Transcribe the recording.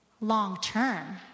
long-term